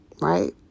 Right